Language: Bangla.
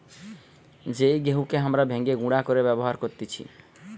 যেই গেহুকে হামরা ভেঙে গুঁড়ো করে ব্যবহার করতেছি